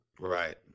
Right